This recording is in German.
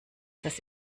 das